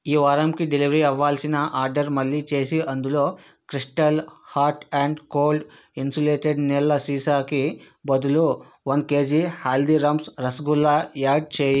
ఈ వారంకి డెలివరీ అవ్వాల్సిన ఆర్డర్ మళ్ళీ చేసి అందులో crystal hot and cold insulated నీళ్ళ సీసాకి బదులు one KG Haldiram's rasgulla add చేయ్